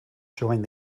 joined